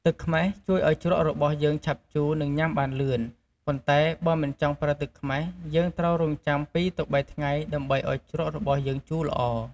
ទឹកខ្មេះជួយឱ្យជ្រក់របស់យើងឆាប់ជូរ និងញុំាបានលឿន ប៉ុន្តែ បើមិនចង់ប្រើទឹកខ្មេះ យើងត្រូវរង់ចាំ ២ទៅ៣ ថ្ងៃដើម្បីឱ្យជ្រក់របស់យើងជូរល្អ។